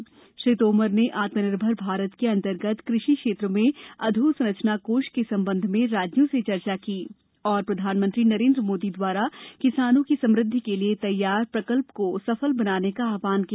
श्री तोमर ने video conference द्वारा आत्मनिर्भर भारत अन्तर्गत कृषि क्षेत्र में अधोसंरचना कोष के संबंध में राज्यों से चर्चा की और प्रधानमंत्री श्री नरेंद्र मोदी द्वारा किसानों की समृद्धि के लिउ तैयार प्रकल्प को सफल बनाने आव्हान किया